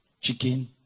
chicken